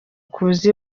kuza